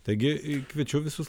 taigi kviečiu visus